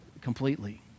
completely